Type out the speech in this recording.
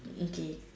okay